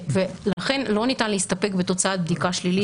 לכן לא ניתן להסתפק בתוצאת בדיקה שלישית עם הנחיתה.